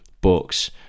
books